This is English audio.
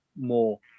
more